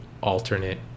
alternate